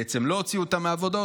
בעצם לא הוציאו אותם מהוועדות,